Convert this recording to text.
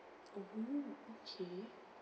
mm okay